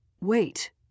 Wait